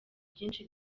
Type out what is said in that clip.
byinshi